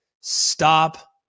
Stop